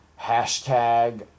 hashtag